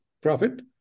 profit